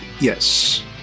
Yes